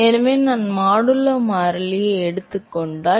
எனவே நான் மாடுலோ மாறிலியை எடுத்துக் கொண்டால்